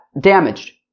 damaged